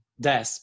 Des